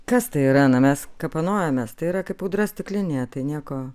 kas tai yra na mes kapanojamės tai yra kaip audra stiklinėje tai nieko